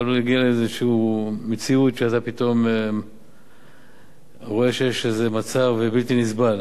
שלא נגיע לאיזו מציאות שפתאום רואים שיש איזה מצב בלתי נסבל.